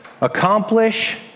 accomplish